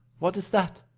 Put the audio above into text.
what is that?